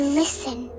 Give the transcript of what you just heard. listen